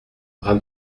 brin